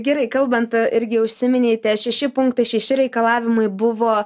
gerai kalbant irgi užsiminei tie šeši punktai šeši reikalavimai buvo